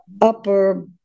upper